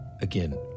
again